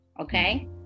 Okay